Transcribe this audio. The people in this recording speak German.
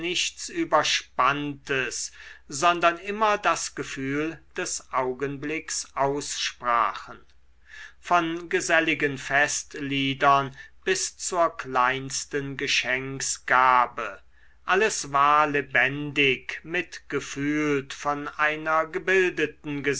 überspanntes sondern immer das gefühl des augenblicks aussprachen von geselligen festliedern bis zur kleinsten geschenksgabe alles war lebendig mitgefühlt von einer gebildeten